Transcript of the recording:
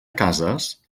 cases